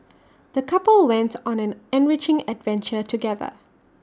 the couple went on an enriching adventure together